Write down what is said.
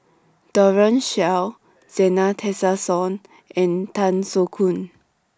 Daren Shiau Zena Tessensohn and Tan Soo Khoon